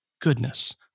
goodness